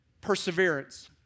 perseverance